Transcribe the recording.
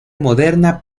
moderna